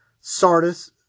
Sardis